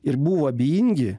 ir buvo abejingi